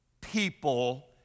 people